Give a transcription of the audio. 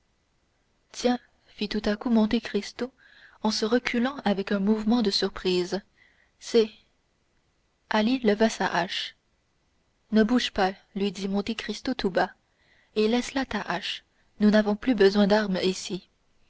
tiens fit tout à coup monte cristo en se reculant avec un mouvement de surprise c'est ali leva sa hache ne bouge pas lui dit monte cristo tout bas et laisse là ta hache nous n'avons plus besoin d'armes ici